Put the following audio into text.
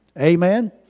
Amen